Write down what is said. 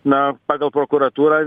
na pagal prokuratūrą